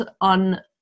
on